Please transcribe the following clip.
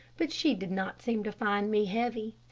but she did not seem to find me heavy.